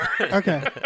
Okay